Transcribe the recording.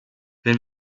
wenn